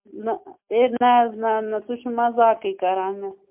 نہ ہے نہ حظ نہ نہ تُہۍ چھُو مزاقٕے کران مےٚ